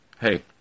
Hey